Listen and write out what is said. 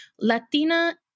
Latina